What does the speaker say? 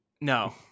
No